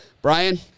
Brian